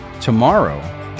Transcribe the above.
tomorrow